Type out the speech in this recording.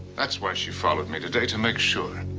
that's why she followed me today. to make sure.